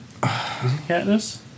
Katniss